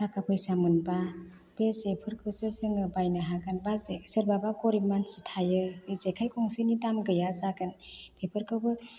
थाखा फैसा मोनबा बे जेफोरखौसो जोङो बायनो हागोन बाजे सोरबा बा गरिब मानसि थायो बे जेखाय गंसेनि दाम गैया जागोन बेफोरखौबो